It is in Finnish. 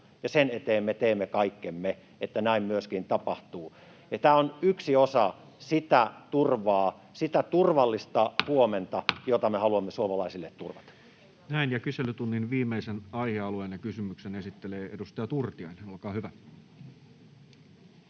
sen eteen me teemme kaikkemme, että näin myöskin tapahtuu. Tämä on yksi osa sitä turvaa, sitä turvallista huomenta, jota me haluamme suomalaisille turvata. Ja kyselytunnin viimeisen aihealueen ja kysymyksen esittelee edustaja Turtiainen. — Olkaa hyvä.